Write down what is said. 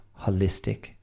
holistic